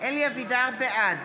בעד